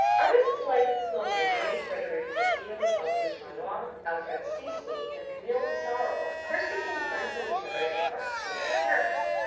artists like claude monet, frederic bazille, auguste renoir, alfred sisley and camille pissaro first became friends with each other in art school in paris.